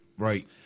Right